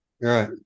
right